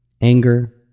anger